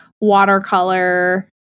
watercolor